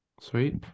Sweet